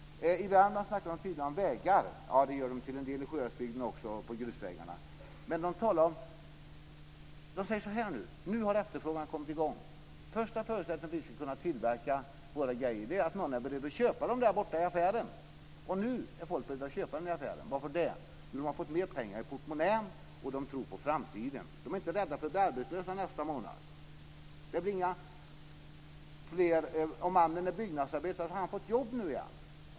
I Värmland snackas det om vägar. Det gör man till en del också i Sjuhäradsbygden. Det gäller då grusvägarna. Men de säger också: Efterfrågan har nu kommit i gång. En första förutsättning för att vi ska kunna tillverka våra grejer är dock att någon är beredd att köpa dem borta i affären. Nu är människor beredda att köpa grejerna i affären. Varför det? Jo, det har fått mer pengar i sina portmonnäer och de tror på framtiden. De är inte rädda för att bli arbetslösa månaden efter. Om mannen var byggnadsarbetare har han fått jobb nu igen.